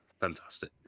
fantastic